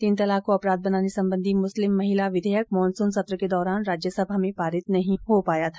तीन तलाक को अपराध बनाने संबंधी मुस्लिम महिला विधेयक मॉनसून सत्र के दौरान राज्यसभा में पारित नहीं हो पाया था